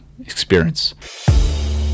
experience